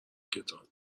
کتاب